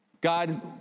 God